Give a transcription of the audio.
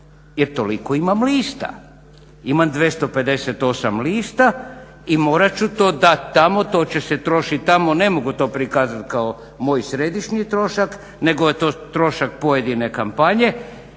jer toliko imam lista. Imam 258 lista i morat ću to dati tamo, to će se trošit tamo, ne mogu to prikazat kao moj središnji trošak nego je to trošak pojedine kampanje.